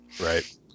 Right